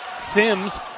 Sims